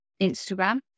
instagram